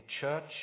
church